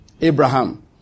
Abraham